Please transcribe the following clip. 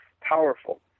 powerful